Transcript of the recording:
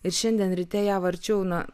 ir šiandien ryte ją varčiau na